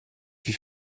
wie